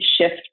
shift